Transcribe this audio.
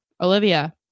Olivia